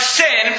sin